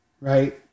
right